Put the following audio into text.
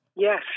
Yes